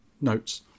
notes